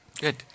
Good